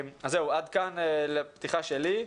עד כאן הפתיחה שלי.